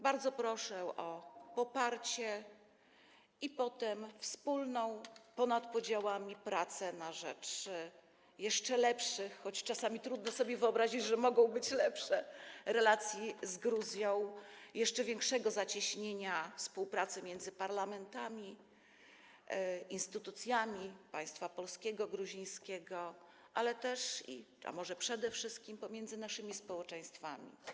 Bardzo proszę o poparcie, a potem wspólną, ponad podziałami pracę na rzecz jeszcze lepszych, choć czasami trudno sobie wyobrazić, że mogą być lepsze, relacji z Gruzją, jeszcze większego zacieśnienia współpracy między parlamentami, instytucjami państwa polskiego, gruzińskiego, ale też, a może przede wszystkim, pomiędzy naszymi społeczeństwami.